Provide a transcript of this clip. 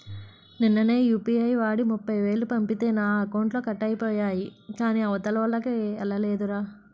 నిన్ననే యూ.పి.ఐ వాడి ముప్ఫైవేలు పంపితే నా అకౌంట్లో కట్ అయిపోయాయి కాని అవతలోల్లకి ఎల్లలేదురా